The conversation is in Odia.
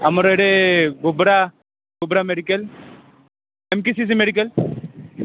ଆମର ଏଠି ବୁବ୍ରା ବୁବ୍ରା medical M K C G medical